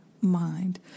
mind